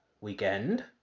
Weekend